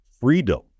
freedom